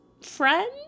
friend